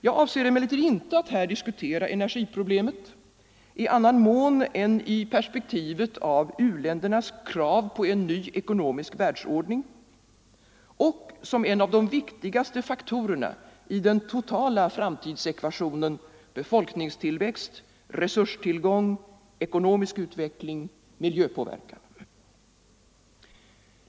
Jag avser emellertid inte att här diskutera energiproblemet i annan mån än i perspektivet av u-ländernas krav på en ny ekonomisk världsordning och som en av de viktigaste faktorerna i den totala framtidsekvationen befolkningstillväxt, resurstillgång, ekonomisk utveckling, miljöpåverkan.